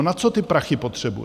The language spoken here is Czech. Na co ty prachy potřebuje?